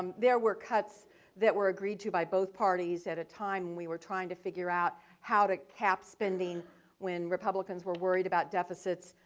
um there were cuts that were agreed to by both parties at a time when we were trying to figure out how to cap spending when republicans were worried about deficits,